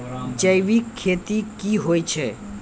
जैविक खेती की होय छै?